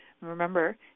remember